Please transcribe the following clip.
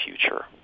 future